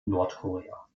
nordkorea